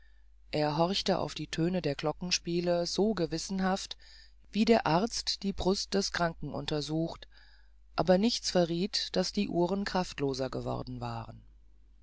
er horchte auf die töne der glockenspiele so gewissenhaft wie der arzt die brust des kranken untersucht aber nichts verrieth daß die uhren kraftloser geworden wären